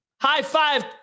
high-five